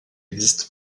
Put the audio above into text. existe